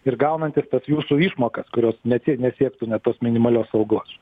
ir gaunantis tas jūsų išmokas kurios nesie nesiektų net tos minimalios algos